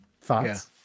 thoughts